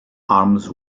arms